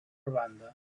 banda